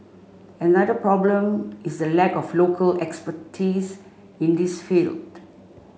another problem is the lack of local expertise in this field